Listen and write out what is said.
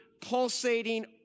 pulsating